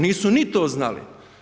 Nisu ni to znali.